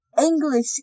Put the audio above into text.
English